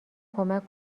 کمک